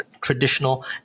traditional